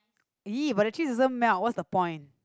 ee but the cheese doesn't melt what's the point